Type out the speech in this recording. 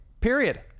period